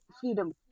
freedom